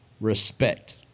respect